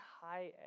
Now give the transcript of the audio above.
high